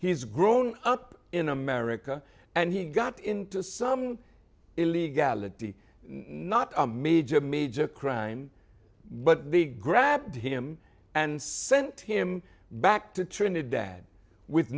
he's grown up in america and he got into some illegality not a major major crime but they grabbed him and sent him back to trinidad with